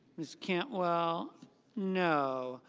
ms. cantwell no.